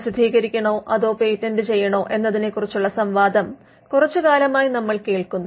പ്രസിദ്ധികരിക്കണോ അതോ പേറ്റന്റ് ചെയ്യണോ എന്നതിനെക്കുറിച്ചുള്ള സംവാദം കുറച്ചുകാലമായി നമ്മൾ കേൾക്കുന്നു